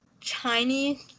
chinese